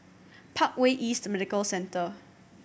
Parkway East Medical Centre